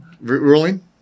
Ruling